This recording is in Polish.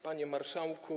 Panie Marszałku!